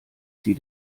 sie